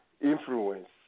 influence